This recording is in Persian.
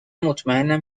مطمئنم